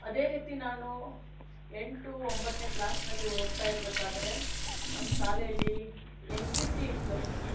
ಅದೇ ರೀತಿ ನಾನು ಎಂಟು ಒಂಬತ್ತನೇ ಕ್ಲಾಸ್ನಲ್ಲಿ ಓದ್ತಾ ಇರಬೇಕಾದರೆ ನಮ್ಮ ಶಾಲೆಯಲ್ಲಿ ಎನ್ ಸಿ ಸಿ ಇತ್ತು